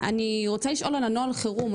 ואני רוצה לשאול על נוהל החירום.